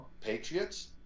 patriots